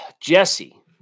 Jesse